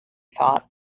thought